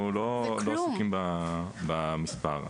אנחנו לא עסוקים במספר.